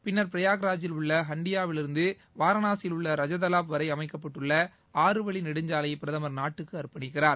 பின்னர் பிரயாக்ராஜில் உள்ள ஹன்டியாவில் இருந்து வாரணாசியில் உள்ள ரஜதலாப் வரை அமைக்கப்பட்டுள்ள ஆறு வழி நெடுஞ்சாலையை பிரதமர் நாட்டிற்கு அற்பணிக்கிறார்